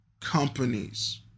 companies